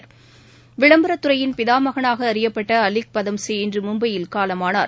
நாட்டின் விளம்பரத்துறையின் பிதாமகானாகஅறியப்பட்டஅலிக் பதம்சி இன்றுமும்பையில் காலமானார்